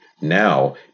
now